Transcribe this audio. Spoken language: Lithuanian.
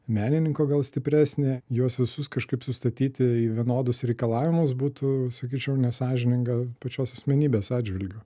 menininko gal stipresnį juos visus kažkaip sustatyti į vienodus reikalavimus būtų sakyčiau nesąžininga pačios asmenybės atžvilgiu